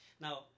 Now